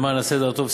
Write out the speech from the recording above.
למען הסדר הטוב,